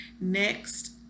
next